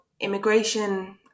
immigration